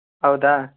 ಹೌದಾ